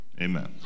Amen